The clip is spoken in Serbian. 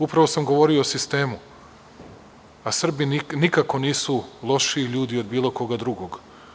Upravo sam govorio o sistemu, a Srbi nikako nisu lošiji ljudi od bilo koga drugog.